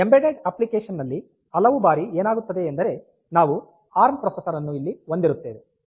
embedded application ನಲ್ಲಿ ಹಲವು ಬಾರಿ ಏನಾಗುತ್ತದೆ ಎಂದರೆ ನಾವು ಎ ಆರ್ ಎಂ ಪ್ರೊಸೆಸರ್ ಅನ್ನು ಇಲ್ಲಿ ಹೊಂದಿರುತ್ತೇವೆ